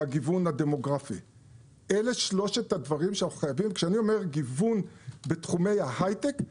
כאשר אני אומר גיוון בתחומי ההיי-טק,